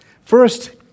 First